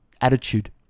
Attitude